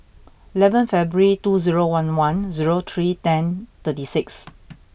eleven February two zero one one zero three ten thirty six